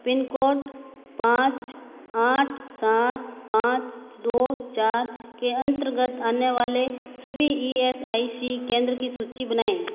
pin code पाँच आठ सात पाँच दो चार के अन्त्रगत आने वाले सभी ई एस आई सी केंद्रों की सूचि बनाएँ